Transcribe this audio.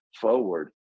forward